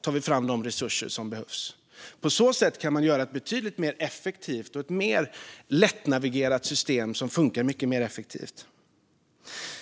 tar man fram de resurser som behövs. På så sätt kan man göra ett betydligt mer effektivt och mer lättnavigerat system som funkar mer effektivt.